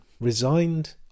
resigned